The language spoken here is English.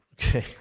Okay